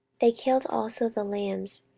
they killed also the lambs,